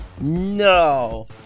no